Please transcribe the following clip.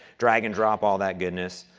drag and drop, all that goodness.